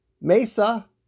Mesa